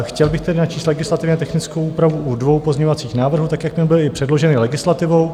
Chtěl bych tedy načíst legislativně technickou úpravu dvou pozměňovacích návrhů tak, jak mi byly předloženy legislativou.